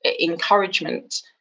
encouragement